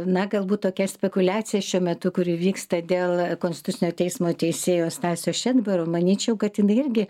na galbūt tokia spekuliacija šiuo metu kuri vyksta dėl konstitucinio teismo teisėjo stasio šedbaro manyčiau kad jinai irgi